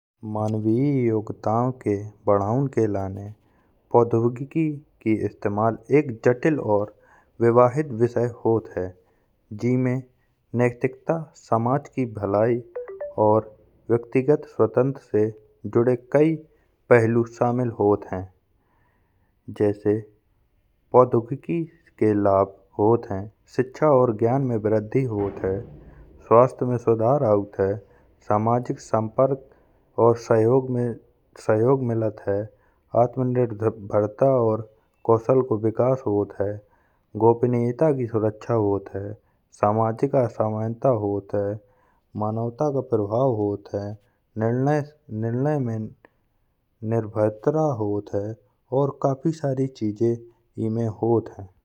मानवीय यंत्रों के बढ़ावन के लाने के इस्तेमाल एक जटिल और व्यवहारिक विषय होते हैं। जिमे नैतिकता समाज की भलाई और स्वातिगत स्वतंत्रता से जुड़े कई पहलू शामिल होत हैं। जैसे पौधोत्पी के लाभ होत हैं सिक्षा और ज्ञान में वृद्धि होत हैं। स्वास्थ्य में सुधार आउत हैं सामाजिक संपर्क में सहयोग मिलत हैं। आत्मनिर्भरता और कौशल के विकास होत हैं गोपनीयता की सुरक्षा होत हैं। सामाजिक असमानता होत हैं मानवता को प्रभावित होत हैं। और काफी सारी चीजें इसमें होत हैं।